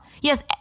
Yes